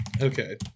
Okay